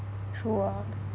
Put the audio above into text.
true ah